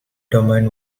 domain